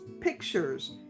pictures